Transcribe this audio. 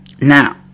Now